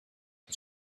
his